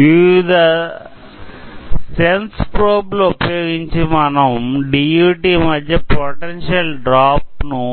వివిధ సెన్స్ ప్రోబ్లు ఉపయోగించి మనం DUT మధ్య పొటెన్షియల్ డ్రాప్ ను